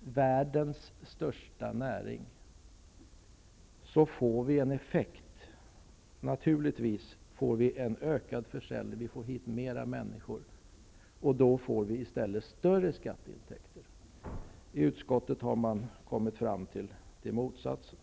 världens största näring, blir det en effekt. Det blir naturligtvis en ökad försäljning, dvs. det kommer hit fler människor, vilket i stället leder till större skatteintäkter. I utskottet har man kommit fram till motsatsen.